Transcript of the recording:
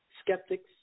Skeptics